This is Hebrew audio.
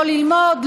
לא ללמוד,